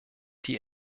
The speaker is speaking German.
die